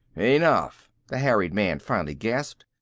enough! the harried man finally gasped.